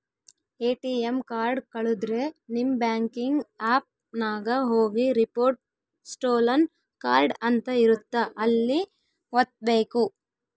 ATM card ಕಳುದ್ರೆ ನಿಮ್ banking app ನಾಗ ಹೋಗಿ ರಿಪೋರ್ಟ್ ಸ್ಟೋಲನ್ ಕಾರ್ಡ್ ಅಂತ ಇರುತ್ತ ಅಲ್ಲಿ ವತ್ತ್ಬೆಕು